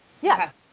yes